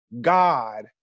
God